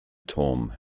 turm